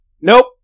Nope